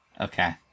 Okay